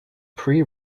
pre